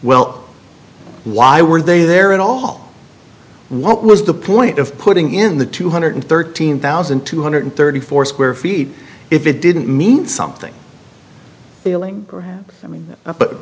well why were they there at all what was the point of putting in the two hundred thirteen thousand two hundred thirty four square feet if it didn't mean something failing but